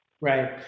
Right